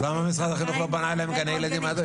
אז למה משרד החינוך לא --- גני ילדים עד היום?